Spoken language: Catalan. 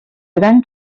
gran